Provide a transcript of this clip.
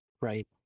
right